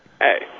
Hey